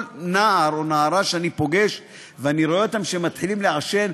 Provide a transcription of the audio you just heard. כל נער או נערה שאני פוגש ואני רואה שהם מתחילים לעשן,